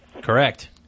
Correct